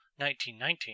1919